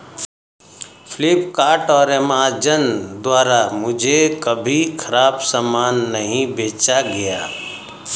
फ्लिपकार्ट और अमेजॉन द्वारा मुझे कभी खराब सामान नहीं बेचा गया